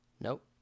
Nope